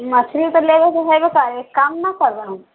मछली तऽ लेबऽ के हेबे करे कम नऽ करबै